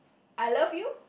I love you